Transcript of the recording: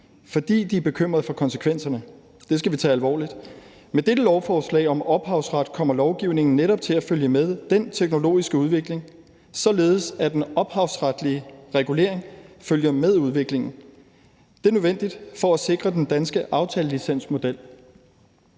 fordi de er bekymret for konsekvenserne. Det skal vi tage alvorligt. Med dette lovforslag om ophavsret kommer lovgivningen netop til at følge med den teknologiske udvikling, således at den ophavsretlige regulering følger med udviklingen. Det er nødvendigt for at sikre den danske aftalelicensmodel.